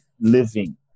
living